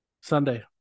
Sunday